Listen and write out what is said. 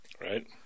Right